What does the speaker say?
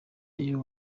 iyo